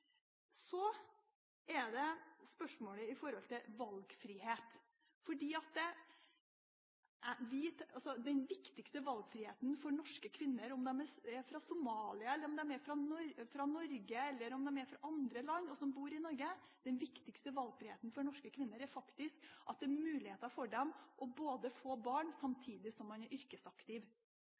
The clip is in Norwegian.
Så er det spørsmålet om valgfrihet. Den viktigste valgfriheten for norske kvinner, enten de er fra Somalia, fra Norge eller fra andre land, og som bor i Norge, er muligheten til å få barn samtidig som man er yrkesaktiv.